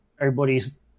everybody's